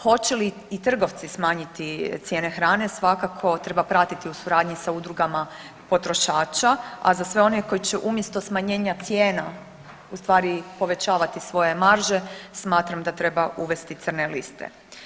Hoće li i trgovci smanjiti cijene hrane svakako treba pratiti u suradnji sa udrugama potrošača, a za sve one koji će umjesto smanjenja cijena ustvari povećavati svoje marže smatram da treba uvesti crne liste.